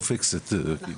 they fix it נכון,